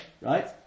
right